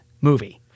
movie